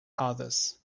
others